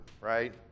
right